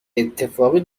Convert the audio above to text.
اتفاقی